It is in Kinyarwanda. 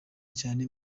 cyane